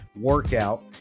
workout